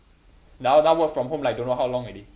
now now work from home like don't know how long already